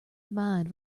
mind